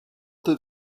did